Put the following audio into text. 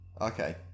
okay